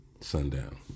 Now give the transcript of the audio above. sundown